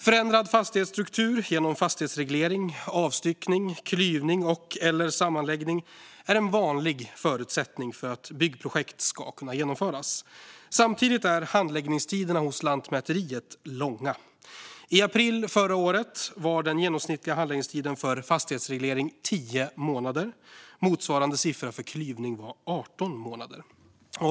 Förändrad fastighetsstruktur genom fastighetsreglering, avstyckning, klyvning eller sammanläggning är en vanlig förutsättning för att byggprojekt ska kunna genomföras. Samtidigt är handläggningstiderna hos Lantmäteriet långa. I april förra året var den genomsnittliga handläggningstiden för fastighetsreglering 10 månader, och motsvarande siffra för klyvning var 18 månader.